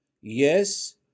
yes